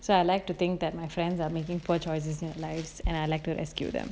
so I'd like to think that my friends are making poor choices in lives and I like to rescue them